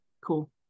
Cool